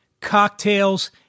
cocktails